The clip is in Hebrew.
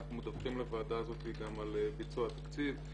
אנחנו מדווחים לוועדת הזאת גם על ביצוע תקציב,